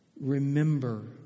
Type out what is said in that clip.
remember